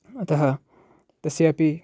अतः तस्यापि